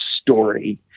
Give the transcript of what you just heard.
story